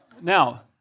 Now